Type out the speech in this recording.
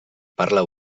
parla